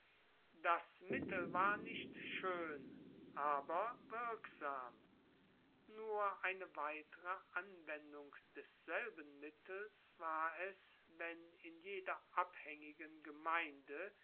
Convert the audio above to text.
das mittel war nicht schoen aber wirksam nur eine weitere anwendung desselben mittels war es wenn in jeder abhaengigen gemeinde